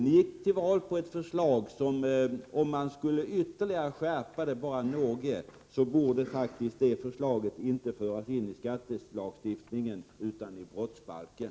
Ni gick till val på ett förslag som, om det skärptes bara något ytterligare, inte borde föras in i skattelagstiftningen utan i brottsbalken.